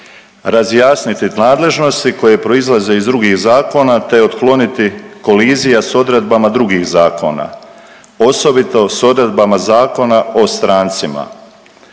razjasniti nadležnosti koje proizlaze iz drugih zakona, te otkloniti kolizija s odredbama drugih zakona, osobito s odredbama Zakona o strancima.